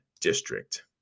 district